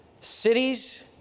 cities